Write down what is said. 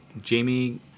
Jamie